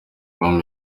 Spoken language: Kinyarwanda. com